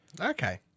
Okay